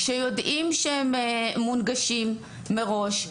שיודעים שהם מונגשים מראש,